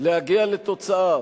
להגיע לתוצאה